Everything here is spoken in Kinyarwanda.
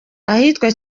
ahitwa